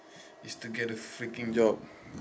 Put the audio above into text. is to get a freaking job